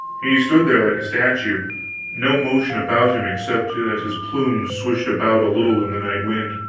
he stood there like a statue no motion about him, except that his plumes swished about a little in the night wind.